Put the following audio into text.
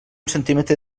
centímetre